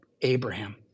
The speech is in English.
Abraham